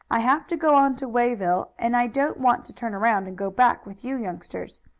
i have to go on to wayville, and i don't want to turn around and go back with you youngsters.